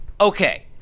Okay